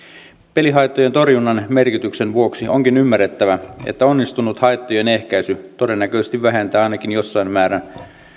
pelihaittojen torjunnan merkityksen vuoksi onkin ymmärrettävä että onnistunut haittojen ehkäisy todennäköisesti vähentää ainakin jossain määrin